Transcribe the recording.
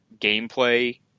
gameplay